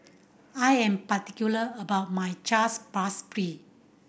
I am particular about my Chaat Papri